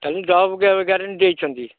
ଖାଲି job guarantee ଦେଇଛନ୍ତି